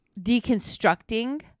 deconstructing